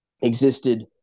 existed